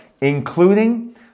including